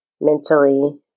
mentally